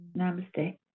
Namaste